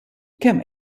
kemm